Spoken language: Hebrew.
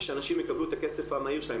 ושאנשים יקבלו את הכסף המהיר שלהם.